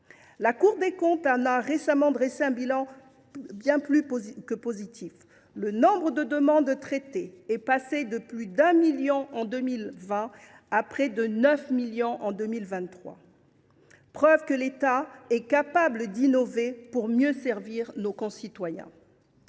La Cour des comptes en a récemment dressé un bilan plus que positif : le nombre de demandes traitées est passé de plus de 1 million en 2020 à près de 9 millions en 2023, preuve que l’État est capable d’innover pour mieux servir nos concitoyens.